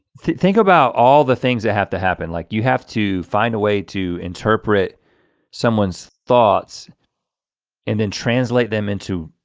think about all the things that have to happen. like you have to find a way to interpret someone's thoughts and then translate them into